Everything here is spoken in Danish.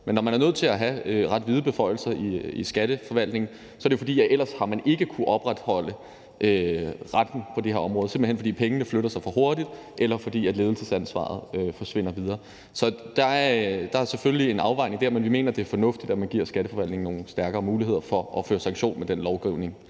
Men når man er nødt til at have ret vide beføjelser i Skatteforvaltningen, er det jo, fordi man ellers ikke har kunnet opretholde retten på det her område – simpelt hen fordi pengene flytter sig for hurtigt, eller fordi ledelsesansvaret forsvinder videre. Så der er selvfølgelig en afvejning der, men vi mener, det er fornuftigt, at man giver Skatteforvaltningen nogle stærkere muligheder for at føre sanktion med den lovgivning,